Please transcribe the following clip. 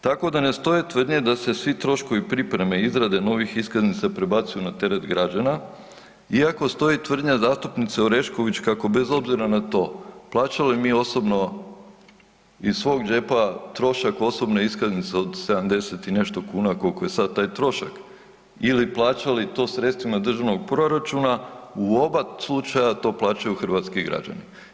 Tako da ne stoje tvrdnje da se svi troškovi pripreme i izrade novih iskaznica prebacuje na teret građana iako stoji tvrdnja zastupnice Orešković kako bez obzira na to plaćali mi osobno iz svog džepa trošak osobne iskaznice od 70 i nešto kuna kolko je sad taj trošak ili plaćali to sredstvima državnog proračuna, u oba slučaja to plaćaju hrvatski građani.